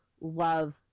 love